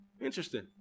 interesting